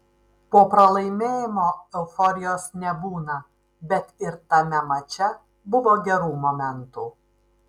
po pralaimėjimo euforijos nebūna bet ir tame mače buvo gerų momentų